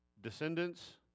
Descendants